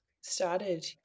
started